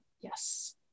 yes